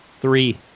Three